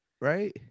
right